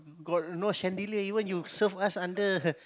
got no chandelier even you serve us under